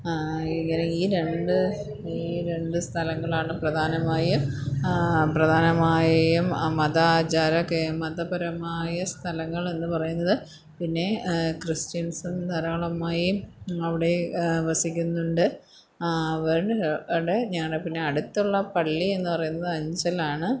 ഇങ്ങനെ ഈ രണ്ട് ഈ രണ്ട് സ്ഥലങ്ങളാണ് പ്രധാനമായും പ്രധാനമായും മതാചാരമൊക്കെ മതപരമായ സ്ഥലങ്ങളെന്ന് പറയുന്നത് പിന്നെ ക്രിസ്ത്യൻസും ധാരാളമായും അവിടെ വസിക്കുന്നുണ്ട് അവിടെ ഞങ്ങൾ പിന്നെ അടുത്തുള്ള പള്ളി എന്ന് പറയുന്നത് അഞ്ചൽ ആണ്